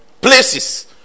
places